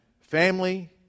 family